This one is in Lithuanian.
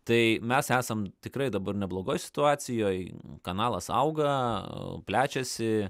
tai mes esam tikrai dabar neblogoj situacijoj kanalas auga plečiasi